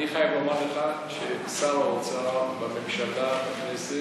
אני חייב לומר לך ששר האוצר בממשלה, בכנסת,